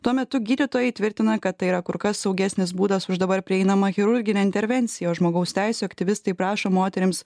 tuo metu gydytojai tvirtina kad tai yra kur kas saugesnis būdas už dabar prieinamą chirurginę intervenciją o žmogaus teisių aktyvistai prašo moterims